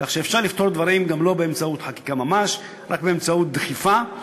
כך שאפשר לפתור דברים גם לא באמצעות חקיקה ממש ורק באמצעות דחיפה.